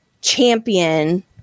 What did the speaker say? champion